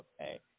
okay